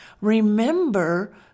Remember